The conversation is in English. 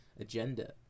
agenda